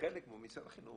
וחלק כמו משרד החינוך